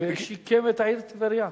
ושיקם את העיר טבריה.